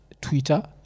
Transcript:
Twitter